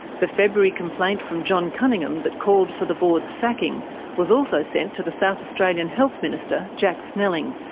the february complaint from john cunningham that called for the board's sacking was also sent to the south australian health minister, jack snelling,